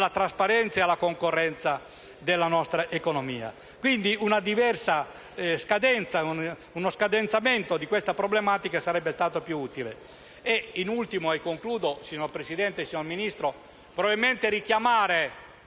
alla trasparenza e alla concorrenza della nostra economia. Quindi un diverso scadenzamento di questa problematica sarebbe stata più utile. In ultimo, signor Presidente, signor Ministro, probabilmente sarebbe